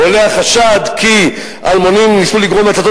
"עולה החשד כי אלמונים ניסו לגרום הצתות